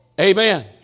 Amen